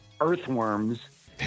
earthworms